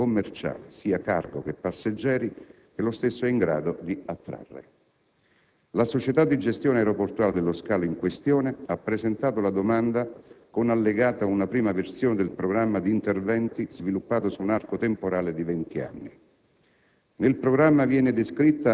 di espansione del traffico commerciale, sia cargo che passeggeri, che lo stesso è in grado di attrarre. La società di gestione aeroportuale dello scalo in questione ha presentato la domanda con allegata una prima versione del programma di interventi sviluppato su un arco temporale di venti anni.